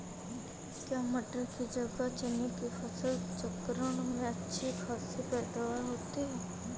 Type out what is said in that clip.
क्या मटर की जगह चने की फसल चक्रण में अच्छी खासी पैदावार होती है?